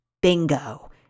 Bingo